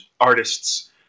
Artists